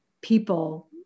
people